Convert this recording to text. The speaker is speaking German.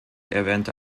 erwähnte